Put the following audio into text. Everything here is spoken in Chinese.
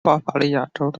巴伐利亚州